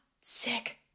sick